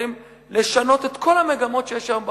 יכולים לשנות את כל המגמות שיש היום בעולם.